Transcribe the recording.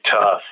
tough